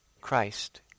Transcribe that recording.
Christ